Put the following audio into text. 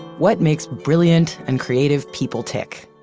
what makes brilliant and creative people tick?